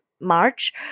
March